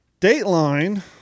Dateline